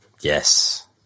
Yes